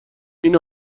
این